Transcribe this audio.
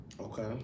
Okay